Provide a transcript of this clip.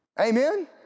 Amen